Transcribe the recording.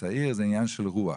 צעיר זה עניין של רוח.